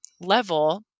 level